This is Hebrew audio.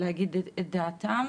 להגיד את דעתם.